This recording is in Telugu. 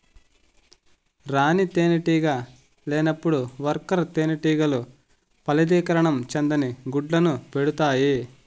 రాణి తేనెటీగ లేనప్పుడు వర్కర్ తేనెటీగలు ఫలదీకరణం చెందని గుడ్లను పెడుతాయి